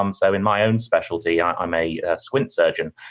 um so, in my own specialty, i'm a squint surgeon,